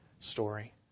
story